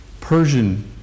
Persian